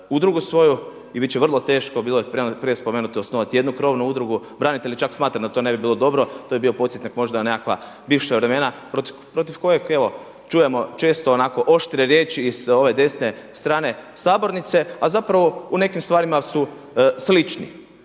udrugu svoju. I bit će vrlo teško, bilo je prije spomenuto osnovati jednu krovnu udrugu. Branitelji čak smatraju da to ne bi bilo dobro, to je bio podsjetnik na možda nekakva bivša vremena protiv kojeg evo čujemo često onako oštre riječi i sa ove desne strane sabornice, a zapravo u nekim stvarima su slični.